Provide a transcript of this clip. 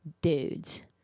dudes